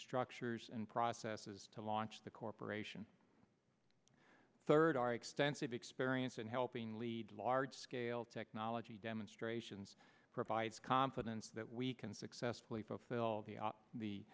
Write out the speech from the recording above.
structures and processes to launch the corporation third our extensive experience in helping lead large scale technology demonstrations provides confidence that we can successfully fulfill the